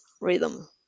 rhythm